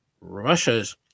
Russia's